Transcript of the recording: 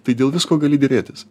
tai dėl visko gali derėtis